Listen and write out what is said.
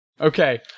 Okay